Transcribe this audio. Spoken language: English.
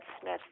Smith